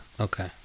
Okay